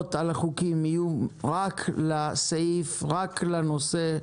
הערות על החוקים יהיו רק לסעיף, רק לנושא.